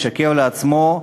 משקרת לעצמה,